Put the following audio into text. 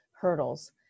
hurdles